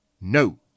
no